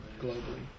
Globally